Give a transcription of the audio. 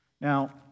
Now